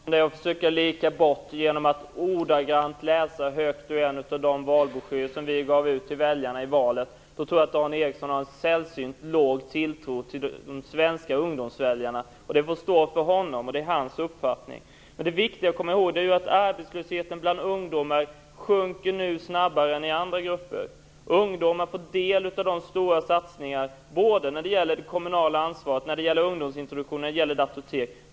Fru talman! Jag har försökt "lirka mig bort" från detta genom att ordagrant läsa högt ur en av de valbroschyrer som vi gav ut till väljarna i valrörelsen. Jag tror att Dan Ericsson har en sällsynt låg tilltro till de svenska ungdomsväljarnas urskillning. Den uppfattningen får stå för honom. Det som är viktigt att komma ihåg är att arbetslösheten bland ungdomar nu sjunker snabbare än i andra grupper. Ungdomar får del av de stora satsningarna, både när det gäller det kommunala ansvaret, ungdomsintroduktionen och Datortek.